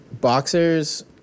boxers